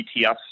ETFs